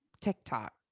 TikTok